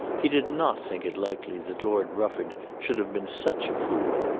he did not think it likely that lord rufford should have been such a fool.